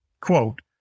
Quote